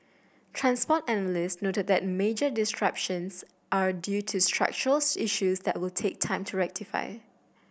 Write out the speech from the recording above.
transport analysts noted that major disruptions are due to structural issues that will take time to rectify